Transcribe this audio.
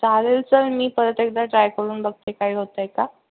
चालेल चल मी परत एकदा ट्राय करून बघते काही होत आहे का